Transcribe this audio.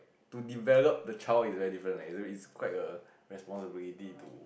to develop the child is very different leh you know it's quite a responsibility to